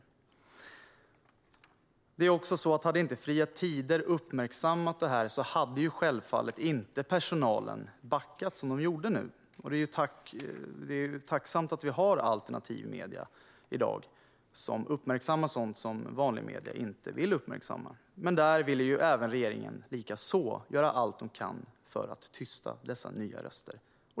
Hade Fria Tider inte uppmärksammat detta hade självfallet inte personalen backat som de gjorde nu. Det är tacksamt att vi har alternativa medier i dag som uppmärksammar sådant som vanliga medier inte vill uppmärksamma. Även där vill regeringen göra allt man kan för att tysta dessa nya röster.